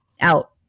out